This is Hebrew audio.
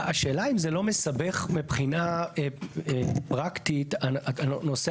השאלה אם זה לא מסבך מבחינה פרקטית על הנושא